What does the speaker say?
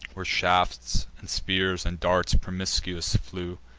where shafts, and spears, and darts promiscuous flew,